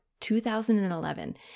2011